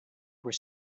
were